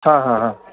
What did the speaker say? हां हां हां